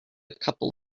couple